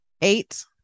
Eight